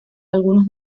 algunos